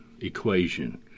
equation